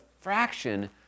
fraction